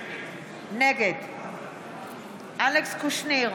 נגד אלכס קושניר,